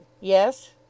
Yes